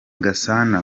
gasana